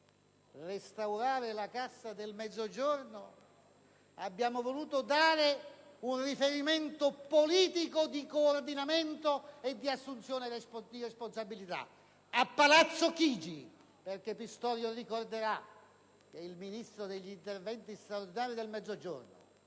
restaurare la Cassa per il Mezzogiorno - di dover dare un riferimento politico di coordinamento e di assunzione di responsabilità a Palazzo Chigi; il senatore Pistorio ricorderà infatti che il Ministro per gli interventi straordinari nel Mezzogiorno